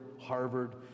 Harvard